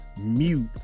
mute